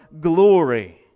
glory